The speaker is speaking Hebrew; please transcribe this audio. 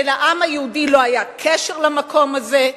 שלעם היהודי לא היה קשר למקום הזה,